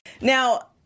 Now